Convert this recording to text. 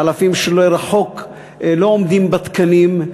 חלפים שלטווח רחוק לא עומדים בתקנים,